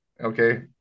Okay